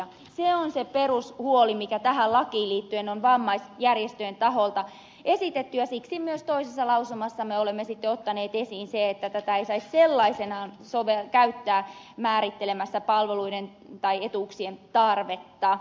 se on se perushuoli mikä tähän lakiin liittyen on vammaisjärjestöjen taholta esitetty ja siksi myös toisessa lausumassamme olemme sitten ottaneet esiin sen että tätä ei saisi sellaisenaan käyttää määrittelemässä palveluiden tai etuuksien tarvetta